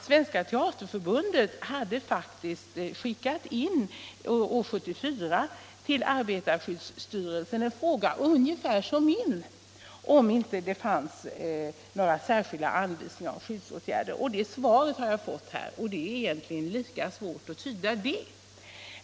Svenska teaterförbundet hade faktiskt år 1974 till arbetarskyddsstyrelsen skickat in en fråga med ungefär samma innehåll som min, om det inte fanns några särskilda anvisningar för skyddsåtgärder. Svaret från arbetarskyddsstyrelsen har jag fått ta del av, och det är egentligen lika svårt att tyda.